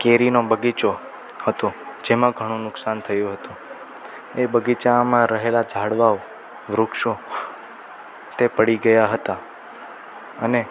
કેરીનો બગીચો હતો જેમાં ઘણું નુકશાન થયું હતું એ બગીચામાં રહેલાં ઝાડવાઓ વૃક્ષો તે પડી ગયાં હતાં અને